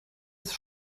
ist